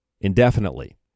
indefinitely